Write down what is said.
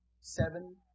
seven